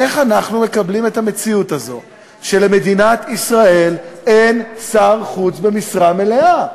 איך אנחנו מקבלים את המציאות הזו שלמדינת ישראל אין שר חוץ במשרה מלאה?